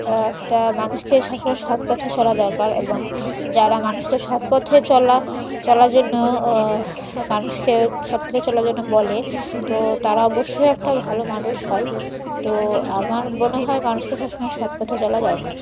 একটা মানুষকে সব সময় সৎ পথে চলা দরকার এবং যারা মানুষকে সৎ পথে চলা চলার জন্য মানুষকে সৎ পথে চলার জন্য বলে তো তারা অবশ্যই একটা ভালো মানুষ হয় তো আমার মনে হয় মানুষকে সবসময় সৎ পথে চলা দরকার